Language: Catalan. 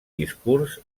discurs